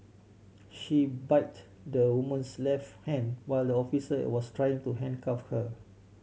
she bit the woman's left hand while the officer it was trying to handcuff her